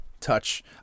touch